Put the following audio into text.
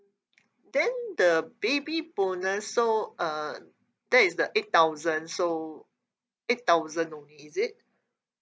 then the baby bonus so uh that is the eight thousand so eight thousand only is it